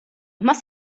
más